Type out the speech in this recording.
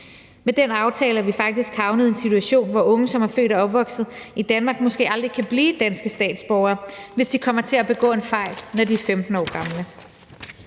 Med den aftale er vi faktisk havnet i en situation, hvor unge, som er født og opvokset i Danmark, måske aldrig kan blive danske statsborgere, hvis de kommer til at begå en fejl, når de er 15 år gamle.